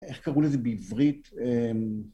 איך קראו לזה בעברית?